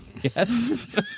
Yes